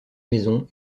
maison